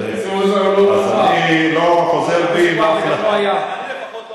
אז אני לא חוזר בי, אני לפחות לא